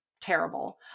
terrible